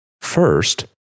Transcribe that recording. first